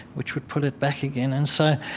which would pull it back again. and so